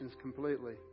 completely